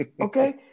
Okay